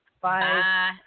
Bye